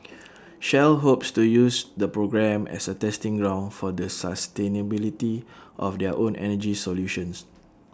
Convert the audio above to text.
shell hopes to use the program as A testing ground for the sustainability of their own energy solutions